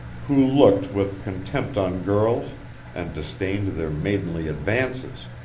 who looked with contempt on girls and disdained their maidenly advances!